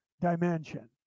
dimension